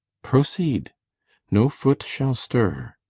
proceed no foot shall stir.